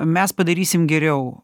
mes padarysim geriau